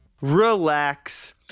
relax